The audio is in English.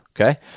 Okay